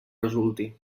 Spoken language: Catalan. resulti